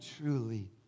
truly